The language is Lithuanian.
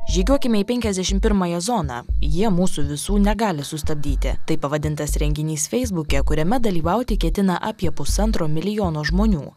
žygiuokime į penkiasdešim pirmąją zoną jie mūsų visų negali sustabdyti taip pavadintas renginys feisbuke kuriame dalyvauti ketina apie pusantro milijono žmonių